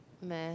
math